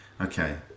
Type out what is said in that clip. Okay